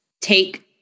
Take